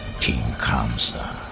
king kamsa,